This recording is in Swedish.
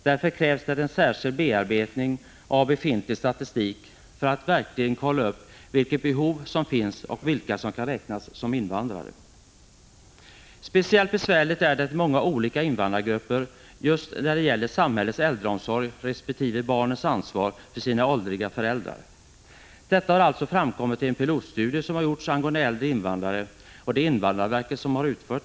Därför krävs det en särskild bearbetning av befintlig statistik för att verkligen kolla upp vilket behov som finns och vilka som kan räknas som invandrare. Speciellt besvärligt är det i många olika invandrargrupper vad gäller samhällets äldreomsorg resp. barnens ansvar för sina åldriga föräldrar. Detta har framkommit i en pilotstudie som invandrarverket har gjort angående äldre invandrare.